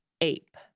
ape